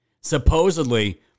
supposedly